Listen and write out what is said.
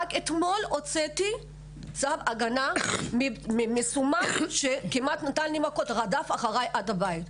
רק אתמול הוצאתי צו הגנה ממסומם שכמעט נתן לי מכות ורדף אחריי עד הבית.